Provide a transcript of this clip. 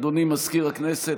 אדוני מזכיר הכנסת,